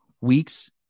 weeks